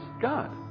God